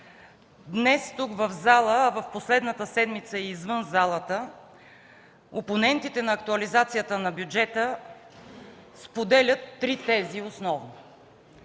Днес тук, в залата, а в последната седмица и извън залата опонентите на актуализацията на бюджета споделят три основни